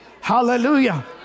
Hallelujah